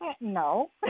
no